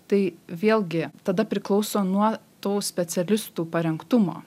tai vėlgi tada priklauso nuo tų specialistų parengtumo